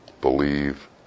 Believe